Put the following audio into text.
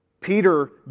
Peter